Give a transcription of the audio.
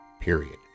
period